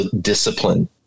discipline